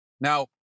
Now